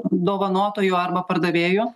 dovanotojų arba pardavėjų